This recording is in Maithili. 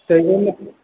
कैमरोमे